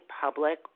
public